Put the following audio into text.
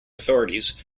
authorities